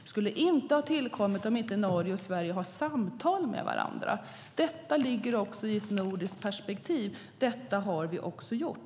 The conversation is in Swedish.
Det skulle inte ha tillkommit om inte Norge och Sverige hade haft samtal med varandra. Detta ligger också i ett nordiskt perspektiv. Detta har vi också gjort.